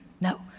No